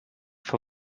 for